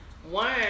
One